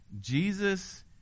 Jesus